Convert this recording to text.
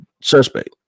suspect